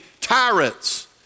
tyrants